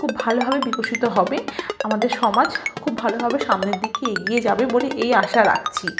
খুব ভালোভাবে বিকশিত হবে আমাদের সমাজ খুব ভালোভাবে সামনের দিকে এগিয়ে যাবে বলে এই আশা রাখছি